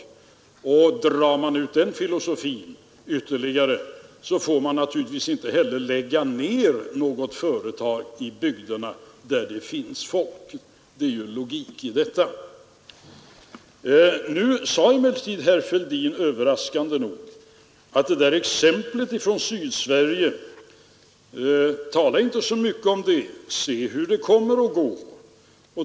Drar vi konsekvenserna av den filosofin, kommer vi fram till att man naturligtvis inte heller får lägga ned företag i bygder där det finns folk. Det är logik i det. Herr Fälldin sade emellertid överraskande nog att vi inte skulle tala så mycket om exemplet från Sydsverige utan se hur det kommer att gå.